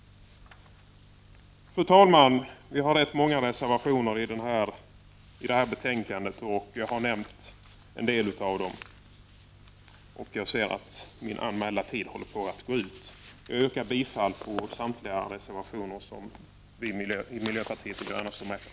Fru talman! Vi har rätt många reservationer i det här betänkandet — jag har nämnt en del av dem. Jag ser att den taletid jag har anmält mig för håller på att ta slut. Jag yrkar bifall till samtliga reservationer som vi i miljöpartiet de gröna står med på.